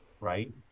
right